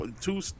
two